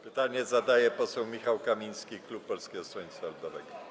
Pytanie zadaje poseł Michał Kamiński, klub Polskiego Stronnictwa Ludowego.